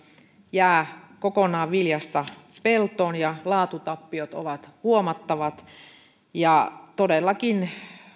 jää kokonaan peltoon ja laatutappiot ovat huomattavat todellakin